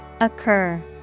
Occur